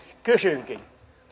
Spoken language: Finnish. kysynkin